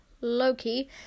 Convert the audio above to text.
Loki